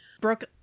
Brooke